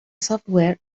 software